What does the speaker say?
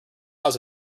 cause